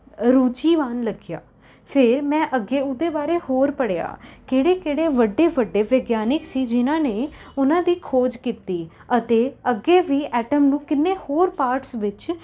ਰੁਚੀਵਾਨ ਲੱਗਿਆ ਫਿਰ ਮੈਂ ਅੱਗੇ ਉਹਦੇ ਬਾਰੇ ਹੋਰ ਪੜ੍ਹਿਆ ਕਿਹੜੇ ਕਿਹੜੇ ਵੱਡੇ ਵੱਡੇ ਵਿਗਿਆਨਿਕ ਸੀ ਜਿਨ੍ਹਾਂ ਨੇ ਉਹਨਾਂ ਦੀ ਖੋਜ ਕੀਤੀ ਅਤੇ ਅੱਗੇ ਵੀ ਐਟਮ ਨੂੰ ਕਿੰਨੇ ਹੋਰ ਪਾਰਟਸ ਵਿੱਚ